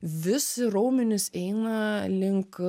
visi raumenys eina link